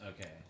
okay